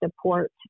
support